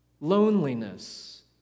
loneliness